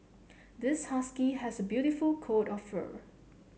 this husky has a beautiful coat of fur